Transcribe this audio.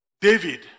David